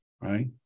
right